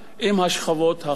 עם השכבות החזקות.